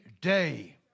day